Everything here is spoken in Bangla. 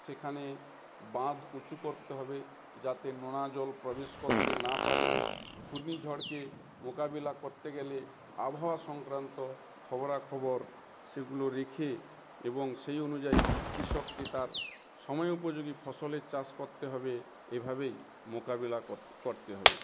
সেখানে বাঁধ উঁচু করতে হবে যাতে নোনা জল প্রবেশ করতে না পারে ঘূর্ণিঝড়কে মোকাবিলা করতে গেলে আবহাওয়া সংক্রান্ত খবরা খবর সেগুলো রেখে এবং সেই অনুযায়ী কৃষককে তার সময় উপযোগী ফসলের চাষ করতে হবে এভাবেই মোকাবিলা করতে হবে